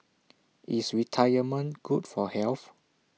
is retirement good for health